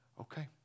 Okay